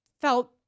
felt